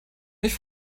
ich